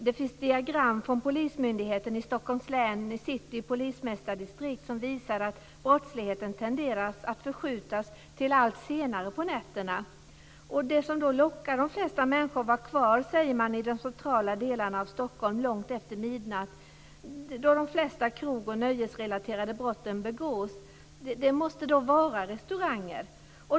Det finns diagram från Polismyndigheten i Stockholms län, citys polismästardistrikt, som visar att brottsligheten tenderar att förskjutas till allt senare på nätterna. Man säger att det som lockar de flesta människor att vara kvar i de centrala delarna av Stockholm långt efter midnatt då de flesta krog och nöjesrelaterade brott begås måste vara restauranger.